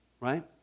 right